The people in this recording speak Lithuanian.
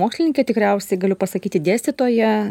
mokslininkė tikriausiai galiu pasakyti dėstytoja